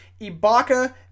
Ibaka